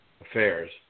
Affairs